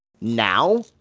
now